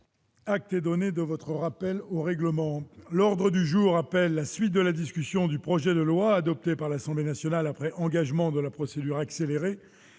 Acte et donner de votre rappel au règlement, l'ordre du jour appelle la suite de la discussion du projet de loi adopté par l'Assemblée nationale après engagement de la procédure accélérée